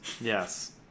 Yes